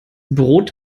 brot